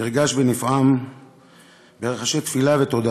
נרגש ונפעם ברחשי תפילה ותודה.